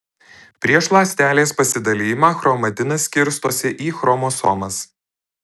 prieš ląstelės pasidalijimą chromatinas skirstosi į chromosomas